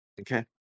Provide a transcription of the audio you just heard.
Okay